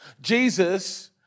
Jesus